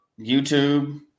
YouTube